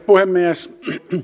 puhemies